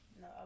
No